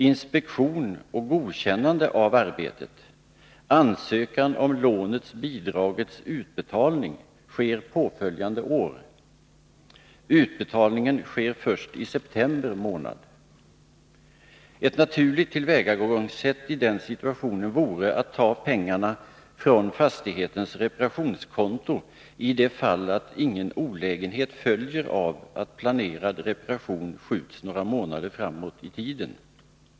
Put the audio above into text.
Inspektion och godkännande av arbetet, ansökan om lånets/bidragets utbetalning sker påföljande år. Utbetalningen sker först i september månad. Ett naturligt tillvägagångssätt i den situationen vore att ta pengarna från fastighetens reparationskonto i det fall ingen olägenhet följer av att planerad reparation skjuts några månader framåt i tiden.